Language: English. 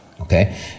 Okay